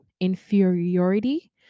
inferiority